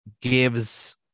gives